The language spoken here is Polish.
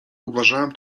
uważałem